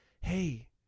hey